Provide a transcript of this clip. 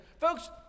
folks